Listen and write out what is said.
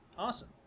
awesome